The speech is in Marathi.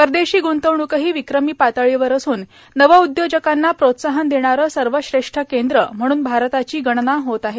परदेशी गुंतवणूकही विक्रमी पातळीवर असून नवउद्योजकांना प्रोत्साहन देणारं सर्वश्रेष्ठ केंद्र म्हणून भारताची गणना होत आहे